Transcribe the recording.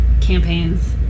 campaigns